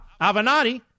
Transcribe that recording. Avenatti